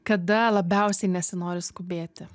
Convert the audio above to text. kada labiausiai nesinori skubėti